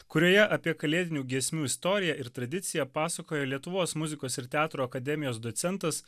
kurioje apie kalėdinių giesmių istoriją ir tradiciją pasakojo lietuvos muzikos ir teatro akademijos docentas